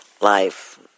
Life